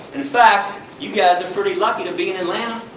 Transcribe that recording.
in fact, you guys are pretty lucky to be in atlanta.